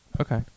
Okay